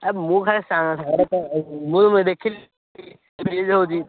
ଏ ମୁଁ ଖାଲି ମୁଁ ଦେଖିଲି ରିଲିଜ୍ ହେଉଛି